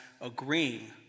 agreeing